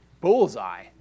bullseye